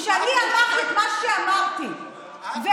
כשאני אמרתי את מה שאמרתי, את ממסדת שחיתות.